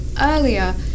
earlier